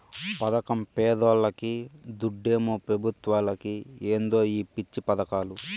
పదకం పేదోల్లకి, దుడ్డేమో పెబుత్వ పెద్దలకి ఏందో ఈ పిచ్చి పదకాలు